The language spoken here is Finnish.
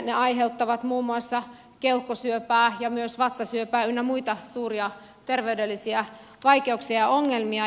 se aiheuttaa muun muassa keuhkosyöpää ja myös vatsasyöpää ynnä muita suuria terveydellisiä vaikeuksia ja ongelmia